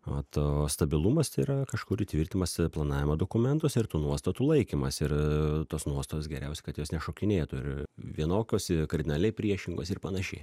o to stabilumas tai yra kažkur įtvirtimas planavimo dokumentuose ir tų nuostatų laikymas ir tos nuostatos geriausia kad jos nešokinėtų ir vienokios kardinaliai priešingos ir panašiai